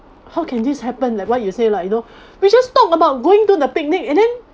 how can this happened like what you say lah you know we just talked about going to the picnic and then